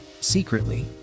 Secretly